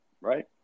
Right